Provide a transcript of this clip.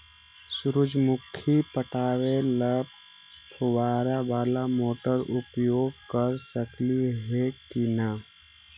सुरजमुखी पटावे ल फुबारा बाला मोटर उपयोग कर सकली हे की न?